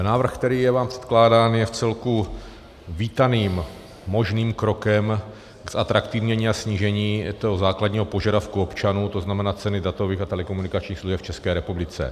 Návrh, který je vám předkládán, je vcelku vítaným možným krokem k zatraktivnění a snížení toho základního požadavku občanů, to znamená ceny datových a telekomunikačních služeb v České republice.